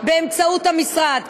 באמצעות המשרד.